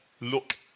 look